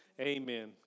Amen